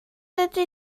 ydy